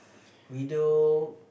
video